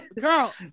girl